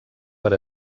per